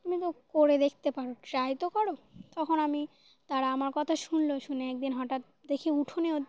তুমি তো করে দেখতে পারো ট্রাই তো করো তখন আমি তারা আমার কথা শুনল শুনে একদিন হঠাৎ দেখে উঠোনে